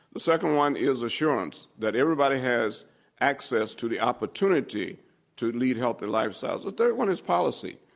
the second one is assurance that everybody has access to the opportunity to lead healthy lifestyles. the third one is policy.